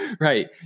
Right